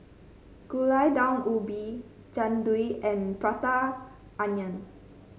Gulai Daun Ubi Jian Dui and Prata Onion